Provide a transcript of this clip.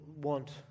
want